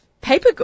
Paper